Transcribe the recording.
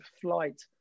flight